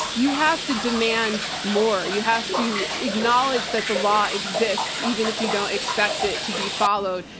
you have to demand more. you have to acknowledge that the law exists even if you don't expect it to be followed.